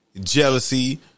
jealousy